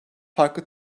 farklı